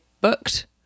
booked